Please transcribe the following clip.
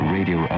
Radio